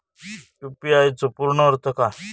UPI चो पूर्ण अर्थ काय?